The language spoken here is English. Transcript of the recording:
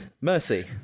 Mercy